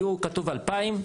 אם כתוב 2,000,